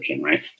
right